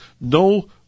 no